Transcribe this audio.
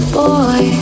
boy